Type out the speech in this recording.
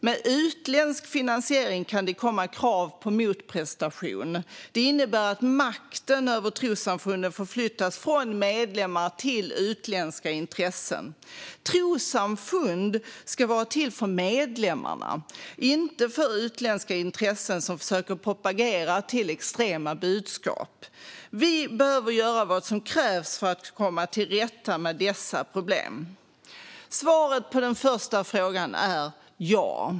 Med utländsk finansiering kan det komma krav på motprestation. Det innebär att makten över trossamfunden förflyttas från medlemmarna till utländska intressen. Trossamfund ska vara till för medlemmarna, inte för utländska intressen som försöker propagera för extrema budskap. Vi behöver göra vad som krävs för att komma till rätta med dessa problem. Svaret på den första frågan är ja.